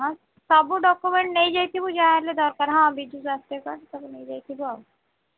ହଁ ସବୁ ଡକୁମେଣ୍ଟ୍ ନେଇଯାଇଥିବୁ ଯାହାହେଲେ ଦରକାର ହଁ ବିଜୁ ସ୍ୱାସ୍ଥ୍ୟ କାର୍ଡ଼୍ ସବୁ ନେଇଯାଇଥିବୁ ଆଉ